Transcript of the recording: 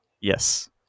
Yes